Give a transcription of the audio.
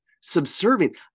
subservient